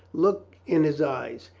look in his eyes,